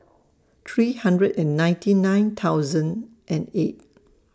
three hundred and ninety nine thousand and eight